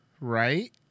right